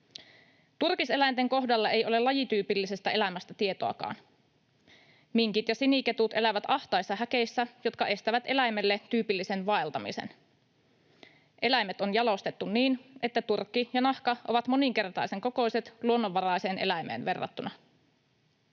Turkiseläinten kohdalla ei ole lajityypillisestä elämästä tietoakaan. Minkit ja siniketut elävät ahtaissa häkeissä, jotka estävät eläimelle tyypillisen vaeltamisen. Eläimet on jalostettu niin, että turkki ja nahka ovat moninkertaisen kokoiset luonnonvaraiseen eläimeen verrattuna.